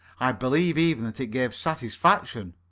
i believe even that it gave satisfaction.